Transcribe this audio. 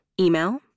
Email